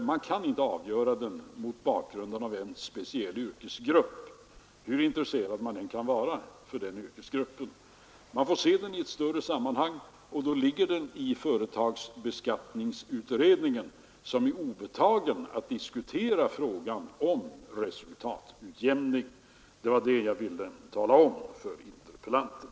Man kan inte avgöra den mot bakgrund av förhållandena hos en speciell yrkesgrupp, hur intresserad man än är av den yrkesgruppen. Man får se den i ett större sammanhang, och den behandlas av företagsbeskattningsutredningen som är obetagen att diskutera resultatutjämning. Jag ville tala om detta för interpellanten.